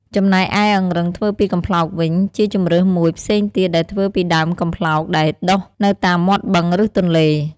ចំណែកឯអង្រឹងធ្វើពីកំប្លោកវិញជា ជម្រើសមួយផ្សេងទៀតដែលធ្វើពីដើមកំប្លោកដែលដុះនៅតាមមាត់បឹង ឬទន្លេ។